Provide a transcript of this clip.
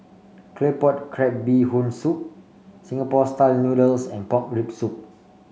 Claypot Crab Bee Hoon Soup Singapore style noodles and Pork Rib Soup